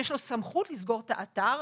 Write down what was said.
שיש לו סמכות לסגור את האתר,